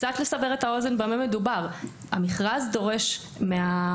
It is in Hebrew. קצת לסבר את האוזן במה מדובר: המכרז דורש מעובדי